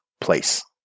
place